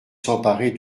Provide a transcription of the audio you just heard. s’emparer